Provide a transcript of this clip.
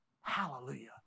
Hallelujah